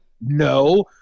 No